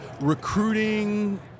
recruiting